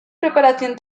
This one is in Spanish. preparación